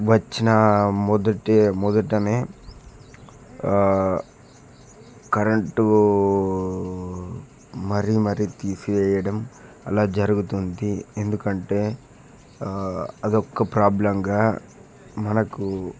వచ్చిన మొదటి మొదట కరెంటు మరీ మరీ తీయడం ఆలా జరుగుతుంది ఎందుకంటే అది ఒక ప్రాబ్లమ్గా మనకు